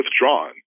withdrawn